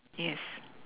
yes